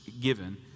given